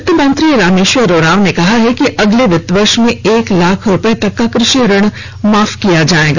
वित्तमंत्री रामेश्वर उरांव ने कहा है कि अगले वित्तीय वर्ष में एक लाख रूपये तक का कृषि ऋण माफ कर दिया जाएगा